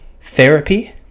Therapy